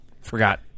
forgot